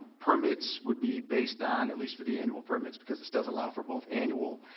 permits would be based on, at least for the annual permits, because this does allow for both annual,